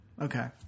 okay